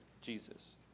Jesus